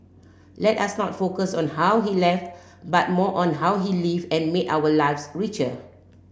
let us not focus on how he left but more on how he lived and made our lives richer